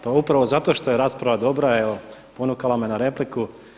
Pa upravo zato što je rasprava dobra, evo ponukalo me na repliku.